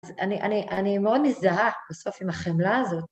אז אני מאוד מזדהה בסוף עם החמלה הזאת.